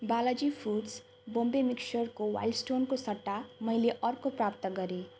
Balaji foods Bombay मिक्सचरको wild स्टोनको सट्टा मैले अर्को प्राप्त गरेँ